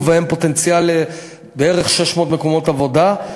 ובהם פוטנציאל ל-600 מקומות עבודה בערך.